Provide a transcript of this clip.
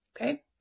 Okay